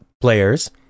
players